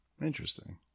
Interesting